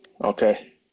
okay